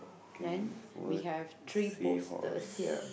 then we have three posters here